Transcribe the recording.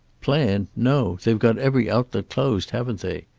plan? no. they've got every outlet closed, haven't they?